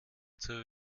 zur